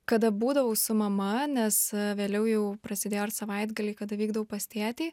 kada būdavau su mama nes vėliau jau prasidėjo ir savaitgaliai kada vykdavau pas tėtį